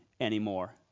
anymore